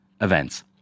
events